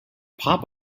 pop